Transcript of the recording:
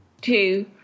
two